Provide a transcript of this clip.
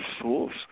source